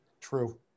True